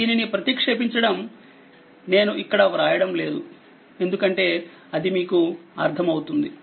దీనిని ప్రతిక్షేపించడం నేనుఇక్కడవ్రాయటం లేదు ఎందుకంటే అది మీకు అర్థమవుతుంది